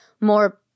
more